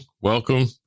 welcome